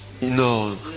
no